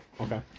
okay